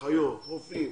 אחיות, רופאים